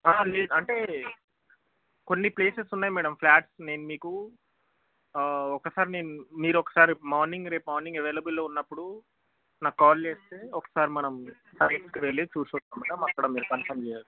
లేదు అంటే కొన్ని ప్లేసెస్ ఉన్నాయి మేడమ్ ఫ్లాట్స్ నేను మీకు ఒకసారి నేను మీరు ఒకసారి మార్నింగ్ రేపు మార్నింగ్ అవైలబుల్లో ఉన్నప్పుడు నాకు కాల్ చేస్తే ఒకసారి మనం సైట్కి వెళ్లి చూసి వద్దాము మేడమ్ అక్కడ మీరు కన్ఫర్మ్ చేయవచ్చు